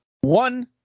One